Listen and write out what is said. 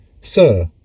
Sir